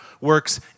works